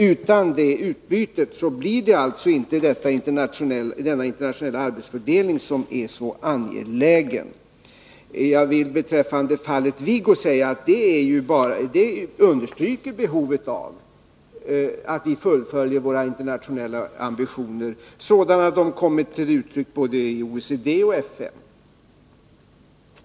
Utan detta utbyte blir det inte denna internationella arbetsfördelning, som är så angelägen. Jag vill beträffande fallet Viggo säga att det bara understryker behovet av att vi fullföljer våra internationella ambitioner sådana de kommit till uttryck i både OECD och FN.